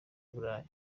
burayi